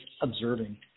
observing